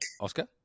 Oscar